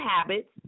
habits